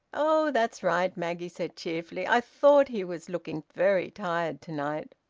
oh! that's right, maggie said cheerfully. i thought he was looking very tired to-night.